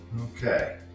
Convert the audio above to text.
Okay